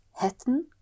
hätten